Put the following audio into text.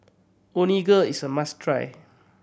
onigiri is a must try